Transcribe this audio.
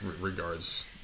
regards